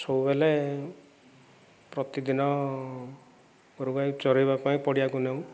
ସବୁବେଳେ ପ୍ରତିଦିନ ଗୋରୁଗାଈ ଚରାଇବା ପାଇଁ ପଡ଼ିଆକୁ ନେଉ